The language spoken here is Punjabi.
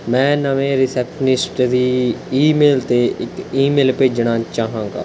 ਮੈਂ ਨਵੇਂ ਰਿਸੈਪਸ਼ਨਿਸਟ ਦੀ ਈ ਮੇਲ 'ਤੇ ਇੱਕ ਈ ਮੇਲ ਭੇਜਣਾ ਚਾਹਵਾਂਗਾ